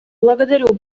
благодарю